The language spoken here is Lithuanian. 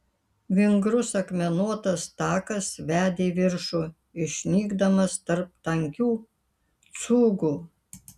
vingrus akmenuotas takas vedė į viršų išnykdamas tarp tankių cūgų